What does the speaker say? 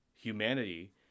humanity